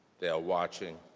they are watching,